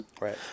Right